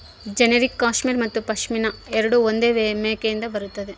generic cashmere ಮತ್ತು ಪಶ್ಮಿನಾ ಎರಡೂ ಒಂದೇ ಮೇಕೆಯಿಂದ ಬರುತ್ತದೆ